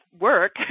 work